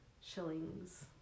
shillings